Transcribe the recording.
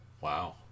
Wow